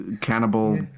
cannibal